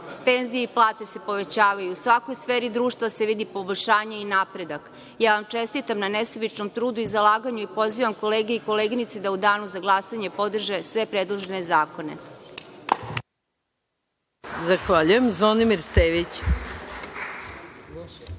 penzije i plate se povećavaju, u svakoj sferi društva se vidi poboljšanje i napredak. Ja vam čestitam na nesebičnom trudu i zalaganju i pozivam kolege i koleginice da u danu za glasanje podrže sve predložene zakone.